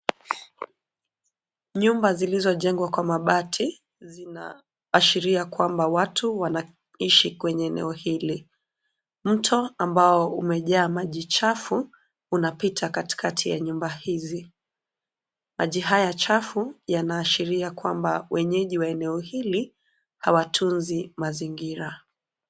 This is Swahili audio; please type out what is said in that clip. Nyumba zilizojengwa kwa mabati zinaashiria kwamba watu wanaishi kwenye eneo hili. Mto ambao umejaa maji chafu unapita katikati ya nyumba hizi. Maji haya chafu yanaashiria kwamba wenyeji wa eneo hili hawatunzi mazingira.